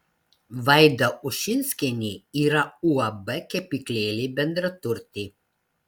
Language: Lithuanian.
vaida ušinskienė yra uab kepyklėlė bendraturtė